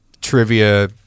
trivia